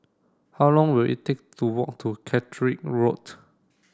how long will it take to walk to Catterick Road